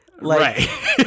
Right